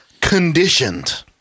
conditioned